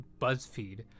BuzzFeed